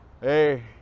Hey